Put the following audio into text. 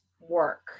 work